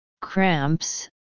cramps